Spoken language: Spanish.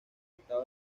estado